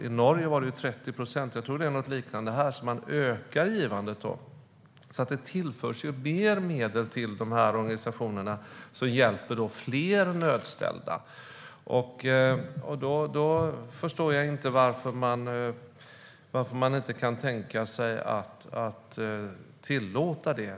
I Norge var ökningen 30 procent, och jag tror att det var något liknande här. Det tillförs alltså mer medel till de organisationer som hjälper fler nödställda, och då förstår jag inte varför man inte kan tänka sig att tillåta det.